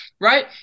right